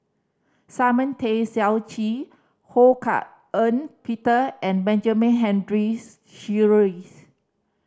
Simon Tay Seong Chee Ho Hak Ean Peter and Benjamin Henries Sheares